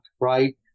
right